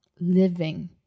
living